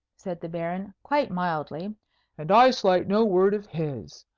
said the baron, quite mildly and i slight no word of his.